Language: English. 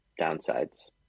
downsides